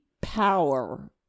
power